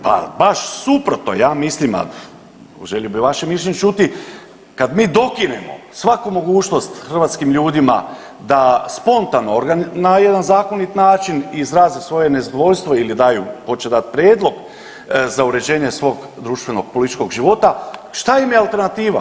Pa baš suprotno, ja mislim, a želio bi vaše mišljenje čuti, kad mi dokinemo svaku mogućnost hrvatskih ljudima da spontano na jedan zakonit način izraze svoje nezadovoljno ili daju, hoće dati prijedlog za uređenje svog društvenog političkog života, šta im je alternativa?